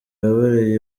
yabereye